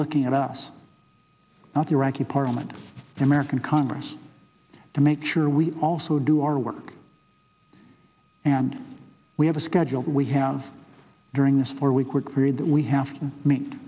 looking at us not the iraqi parliament the american congress to make sure we also do our work and we have a schedule that we have during this for we quick read that we have to make